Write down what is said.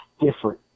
different